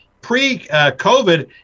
Pre-COVID